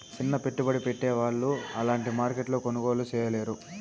సిన్న పెట్టుబడి పెట్టే వాళ్ళు అలాంటి మార్కెట్లో కొనుగోలు చేయలేరు